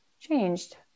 changed